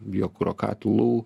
biokuro katilų